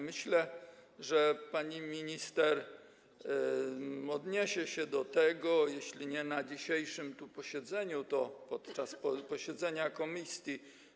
Myślę, że pani minister odniesie się do tego, jeśli nie na dzisiejszym posiedzeniu, to podczas posiedzenia komisji.